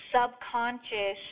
subconscious